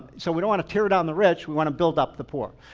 so we don't want to tear down the rich, we want to build up the poor.